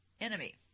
enemy